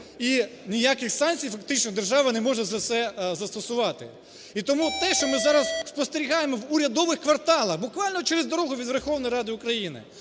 і ніяких санкцій фактично держава не може за це застосувати. І тому те, що ми зараз спостерігаємо в урядових кварталах, буквально через дорогу від Верховної Ради України,